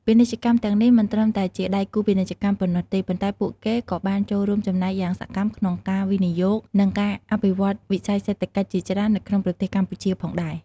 ពាណិជ្ជករទាំងនេះមិនត្រឹមតែជាដៃគូពាណិជ្ជកម្មប៉ុណ្ណោះទេ ប៉ុន្តែពួកគេក៏បានចូលរួមចំណែកយ៉ាងសកម្មក្នុងការវិនិយោគ និងការអភិវឌ្ឍវិស័យសេដ្ឋកិច្ចជាច្រើននៅក្នុងប្រទេសកម្ពុជាផងដែរ។